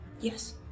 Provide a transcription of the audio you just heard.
Yes